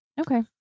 Okay